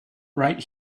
right